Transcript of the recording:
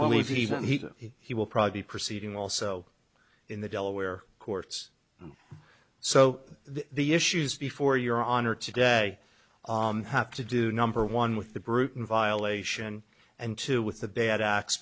believe even he will probably be proceeding also in the delaware courts so the issues before your honor today have to do number one with the bruton violation and two with the bad acts